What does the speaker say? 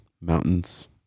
mountains